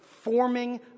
forming